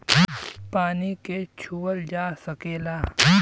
पानी के छूअल जा सकेला